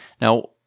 Now